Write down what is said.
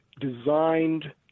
designed